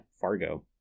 Fargo